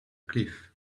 cliff